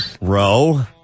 Row